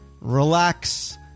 relax